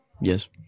Yes